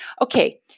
Okay